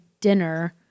dinner